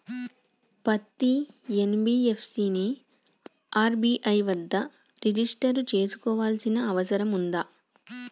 పత్తి ఎన్.బి.ఎఫ్.సి ని ఆర్.బి.ఐ వద్ద రిజిష్టర్ చేసుకోవాల్సిన అవసరం ఉందా?